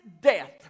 death